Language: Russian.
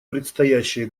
предстоящие